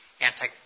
anti